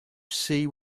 see